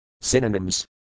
Synonyms